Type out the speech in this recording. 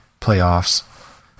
playoffs